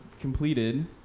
completed